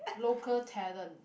local talent